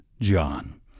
John